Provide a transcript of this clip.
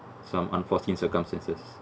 some unforeseen circumstances